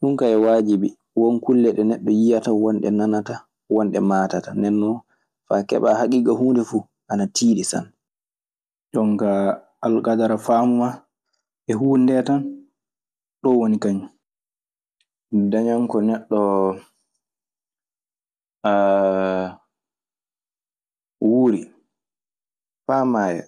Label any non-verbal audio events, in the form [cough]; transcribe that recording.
Ɗun ka ye wajibi, wo kulle ko neɗo yihata ,wonɗe ɗenanata, wonɗe maatata. Ndenon fa keba hakika hunde fu ana tiɗi sanne. Jon kaa alkadara faamu maa e huunde ndee tan. Ɗoo woni kañun. Dañan ko neɗɗo [hesitation] wuuri faa maaya